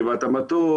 על גבעת המטוס,